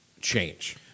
change